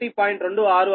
266 j 0